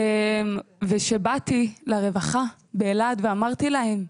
כשבאתי לרווחה באלעד ואמרתי להם,